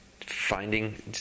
finding